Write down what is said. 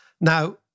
Now